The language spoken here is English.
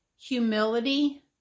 humility